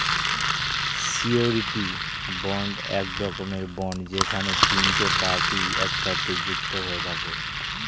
surety bond এক রকমের bond যেখানে তিনটে পার্টি একসাথে যুক্ত হয়ে থাকে